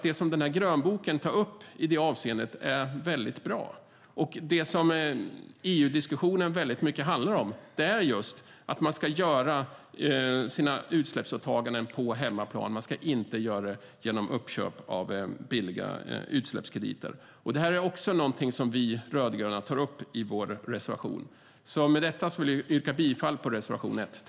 Det som grönboken tar upp i det avseendet är väldigt bra, och det som EU-diskussionen mycket handlar om är just att man ska klara sina utsläppsåtaganden på hemmaplan, inte genom uppköp av billiga utsläppskrediter. Detta är också något som vi rödgröna tar upp i vår reservation. Med detta vill jag yrka bifall till reservation 1.